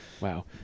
Wow